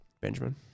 Benjamin